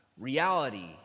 reality